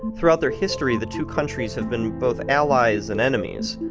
throughout their history, the two countries have been both allies and enemies.